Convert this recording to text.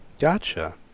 Gotcha